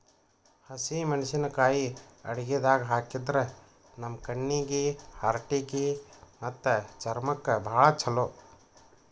ಹಸಿಮೆಣಸಿಕಾಯಿ ಅಡಗಿದಾಗ್ ಹಾಕಿದ್ರ ನಮ್ ಕಣ್ಣೀಗಿ, ಹಾರ್ಟಿಗಿ ಮತ್ತ್ ಚರ್ಮಕ್ಕ್ ಭಾಳ್ ಛಲೋ